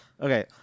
Okay